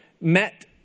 met